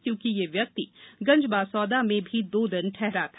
क्योंकि यह व्यक्ति गंजबासौदा में भी दो दिन ठहरा था